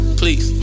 please